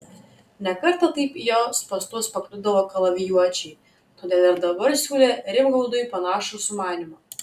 ne kartą taip į jo spąstus pakliūdavo kalavijuočiai todėl ir dabar siūlė rimgaudui panašų sumanymą